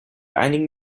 einigen